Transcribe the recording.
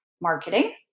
marketing